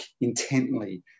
intently